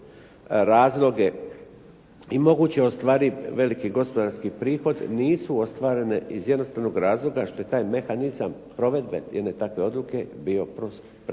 razloge i moguće ostvariv veliki gospodarski prihod, nisu ostvarene iz jednostavnog razloga što je taj mehanizam provedbe jedne takve odluke bio prespor